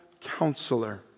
Counselor